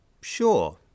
sure